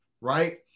right